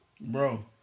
Bro